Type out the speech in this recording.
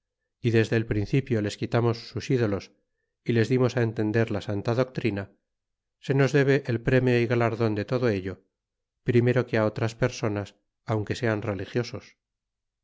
y desde el principio les quitamos sus ídolos y les dimos entender la santa doctrina se nos debe el premio y galardon de todo ello primero que otras personas aunque sean religiosos